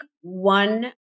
one